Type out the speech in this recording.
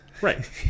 right